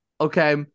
Okay